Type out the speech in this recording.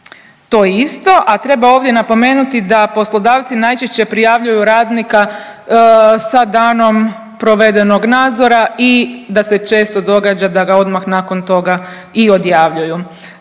se to isto, a treba ovdje napomenuti da poslodavci najčešće prijavljuju radnika sa danom provedenog nadzora i da se često događa da ga odmah nakon toga i odjavljuju.